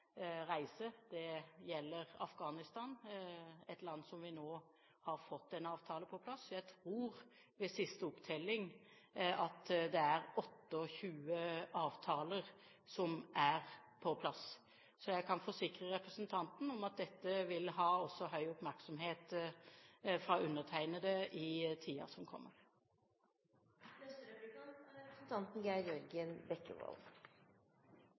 reise. Det gjelder Afghanistan, et land vi nå har fått på plass en avtale med. Jeg tror det ifølge siste opptelling er 28 avtaler som er på plass. Så jeg kan forsikre representanten om at dette vil ha stor oppmerksomhet fra undertegnede også i tiden som kommer. Aller først vil jeg si at jeg synes det er